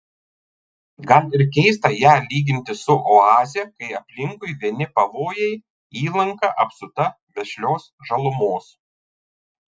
gal ir keista ją lyginti su oaze kai aplinkui vieni pavojai įlanka apsupta vešlios žalumos